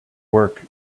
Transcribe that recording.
work